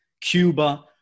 Cuba